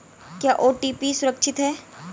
क्या ओ.टी.पी सुरक्षित है?